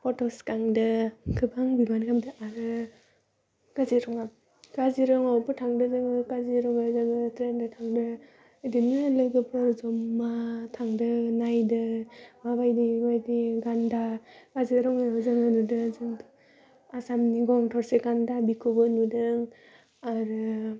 फट'स सुखांदो गोबां बुगानो होनदो आरो काजिरङा काजिरङाआवबो थांदों जोङो काजिरङायाव जोङो ट्रेनजों थांदों बिदिनो लोगोफोर जमा थांदों नायदों माबायदि माबायदि गान्दा काजिरङायाव जोङो नुदों जों आसामनि गं थसे गान्दा बेखौबो नुदों आरो